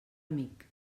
amic